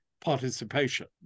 participation